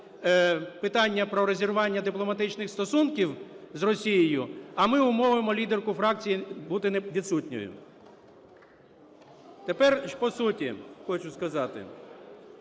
питання про розірвання дипломатичних стосунків з Росією, а ми умовимо лідерку фракції бути невідсутньою. Тепер по суті хочу сказати.